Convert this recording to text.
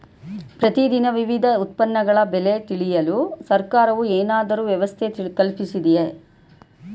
ಪ್ರತಿ ದಿನ ವಿವಿಧ ಉತ್ಪನ್ನಗಳ ಬೆಲೆ ತಿಳಿಯಲು ಸರ್ಕಾರವು ಏನಾದರೂ ವ್ಯವಸ್ಥೆ ಕಲ್ಪಿಸಿದೆಯೇ?